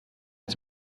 mir